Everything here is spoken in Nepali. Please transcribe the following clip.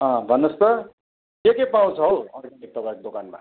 अँ भन्नुहोस् त के के पाउँछ हौ अर्ग्यानिक तपाईँको दोकानमा